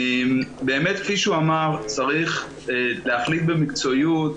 כפי שהוא אמר, צריך להחליט במקצועיות.